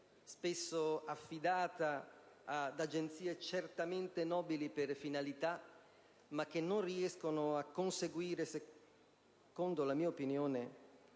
spesso affidata ad agenzie certamente nobili per finalità ma che non riescono a conseguire, secondo la mia opinione,